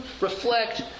reflect